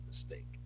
mistake